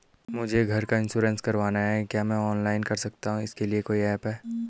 मुझे घर का इन्श्योरेंस करवाना है क्या मैं ऑनलाइन कर सकता हूँ इसके लिए कोई ऐप है?